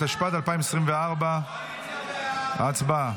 התשפ"ד 2024. הצבעה.